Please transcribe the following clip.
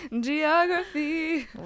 Geography